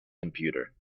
computer